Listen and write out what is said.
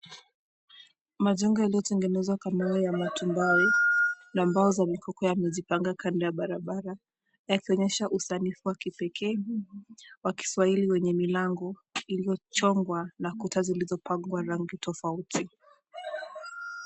Majengo yaliyotengenezwa kwa mawe ya matumbai na mbao za mikoko yamejipanga kando ya barabara yakionyesha usanifu wa kipekee wakiswahili wenye milango iliyochongwa na Kuta zilizopakwa rangi tofauti.